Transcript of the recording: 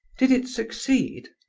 did it succeed?